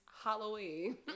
Halloween